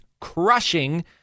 crushing